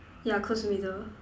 yeah close to middle